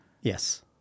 Yes